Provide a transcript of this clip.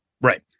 Right